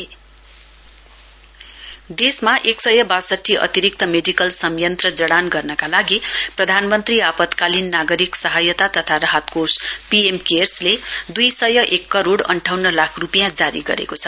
PM cares fund देशमा एक सय वासठी अतिरिक्त मेडिकल संयन्त्र जडान गर्नका लागि प्रधानमन्त्री आपतकालीन नागरिक सहायता तथा राहत कोष पीएम केयर्सले दुइ सय एक करोइ अन्ठाउन्न लाख रूपियाँ जारी गरेको छ